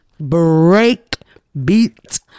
Breakbeat